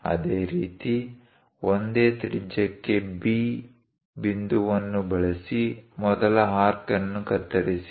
ಅದೇ ರೀತಿ ಒಂದೇ ತ್ರಿಜ್ಯಕ್ಕೆ B ಬಿಂದುವನ್ನು ಬಳಸಿ ಮೊದಲ ಆರ್ಕ್ ಅನ್ನು ಕತ್ತರಿಸಿ